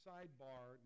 Sidebar